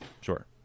sure